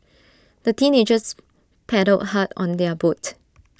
the teenagers paddled hard on their boat